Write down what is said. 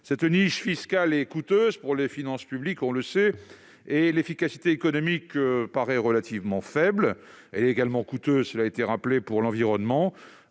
Cette niche fiscale est coûteuse pour les finances publiques et son efficacité économique paraît relativement faible. Elle est également coûteuse, cela a été rappelé, pour l'environnement.